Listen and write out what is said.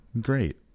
Great